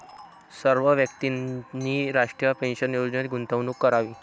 सर्व व्यक्तींनी राष्ट्रीय पेन्शन योजनेत गुंतवणूक करावी